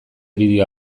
bideo